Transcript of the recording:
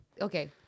okay